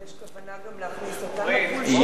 יש כוונה גם להכניס אותן, קצת?